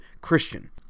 Christian